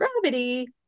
gravity